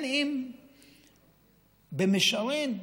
אם במישרין,